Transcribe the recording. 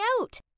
out